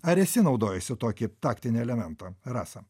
ar esi naudojusi tokį taktinį elementą rasa